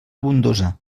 abundosa